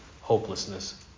hopelessness